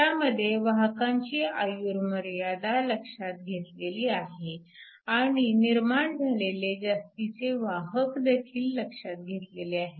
त्यामध्ये वाहकांची आयुर्मर्यादा लक्षात घेतलेली आहे आणि निर्माण झालेले जास्तीचे वाहकदेखील लक्षात घेतलेले आहेत